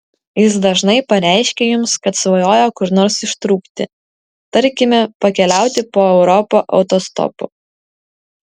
jis dažnai pareiškia jums kad svajoja kur nors ištrūkti tarkime pakeliauti po europą autostopu